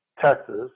Texas